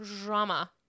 drama